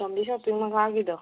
Gambhir shopping ꯃꯈꯥꯒꯤꯗꯣ